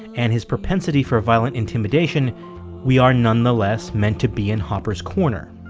and his propensity for violent intimidation we are nonetheless meant to be in hopper's corner